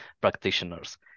practitioners